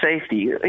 safety